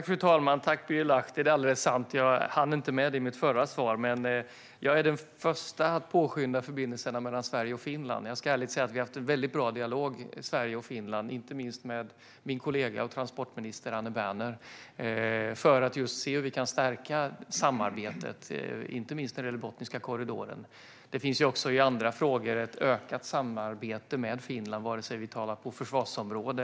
Fru talman! Tack, Birger Lahti! Det är alldeles sant: Jag hann inte med det i mitt förra svar. Men jag är den första att påskynda förbindelserna mellan Sverige och Finland. Jag ska ärligt säga att vi har haft en väldigt bra dialog med Finland, inte minst med min kollega, transportminister Anne Berner, för att just se hur vi kan stärka samarbetet. Detta gäller inte minst Botniska korridoren. Det finns även i andra frågor ett ökat samarbete med Finland, bland annat på försvarsområdet.